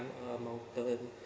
a mountain